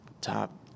top